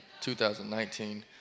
2019